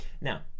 Now